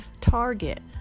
Target